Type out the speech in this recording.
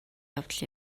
явдал